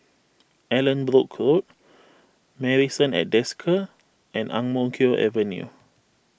Allanbrooke Road Marrison at Desker and Ang Mo Kio Avenue